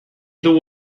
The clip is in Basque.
dugu